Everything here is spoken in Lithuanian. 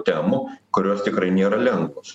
temų kurios tikrai nėra lengvos